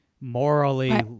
morally